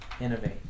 innovate